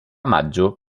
maggio